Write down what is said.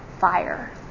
fire